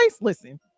listen